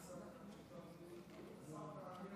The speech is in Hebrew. יש שר.